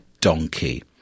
donkey